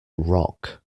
rock